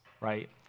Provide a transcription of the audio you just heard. right